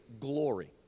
glory